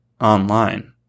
online